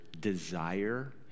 desire